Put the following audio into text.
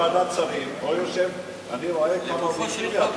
יושבת ועדת שרים, אני רואה, היושב-ראש,